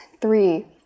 Three